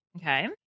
Okay